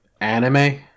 anime